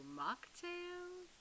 mocktails